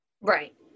right